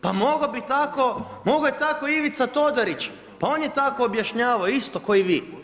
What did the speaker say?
Pa mogao je tako Ivica Todorić, pa on je tako objašnjavao, isto ko i vi.